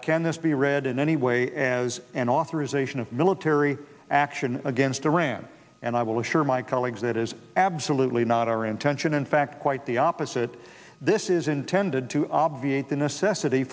can this be read in any way as an authorization of military action against iran and i will assure my colleagues that is absolutely not our intention in fact quite the opposite this is intended to obviate the necessity